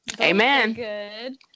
Amen